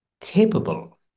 capable